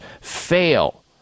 fail